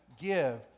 give